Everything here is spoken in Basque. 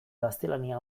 gaztelania